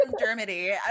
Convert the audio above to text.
Germany